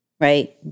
right